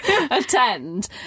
attend